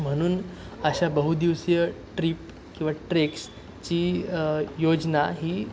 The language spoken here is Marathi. म्हणून अशा बहुदिवसीय ट्रिप किंवा ट्रेक्सची योजना ही